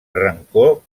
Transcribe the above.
rancor